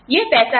यह पैसा है